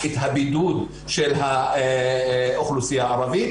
ד"ר נוהאד עלי,